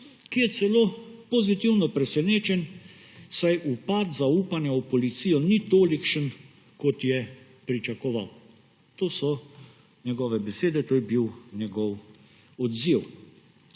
ki je celo pozitivno presenečen, saj upad zaupanja v policijo ni tolikšen, kot je pričakoval. To so njegove besede, to je bil njegov odziv.